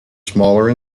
smaller